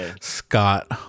scott